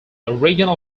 original